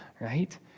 right